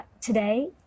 Today